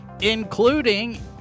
including